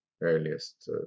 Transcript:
earliest